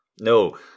No